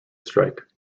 strike